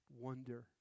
wonder